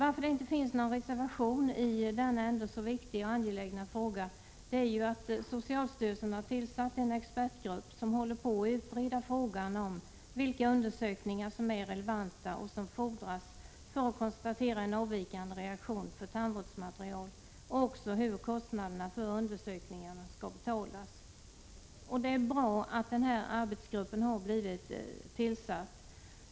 Att det inte finns någon reservation i denna ändå så viktiga och angelägna fråga beror på att socialstyrelsen har tillsatt en expertgrupp, som håller på att utreda frågan om vilka undersökningar som är relevanta och som fordras för att konstatera en avvikande reaktion för tandvårdsmaterial. Den utreder också hur kostnaderna för undersökningarna skall betalas. Det är bra att arbetsgruppen blivit tillsatt.